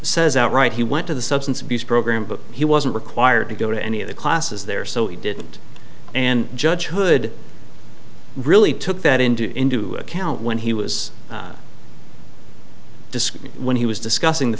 says outright he went to the substance abuse program but he wasn't required to go to any of the classes there so he didn't and judge hood really took that into into account when he was on disk when he was discussing the